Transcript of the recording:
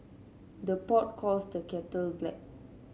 the pot calls the kettle black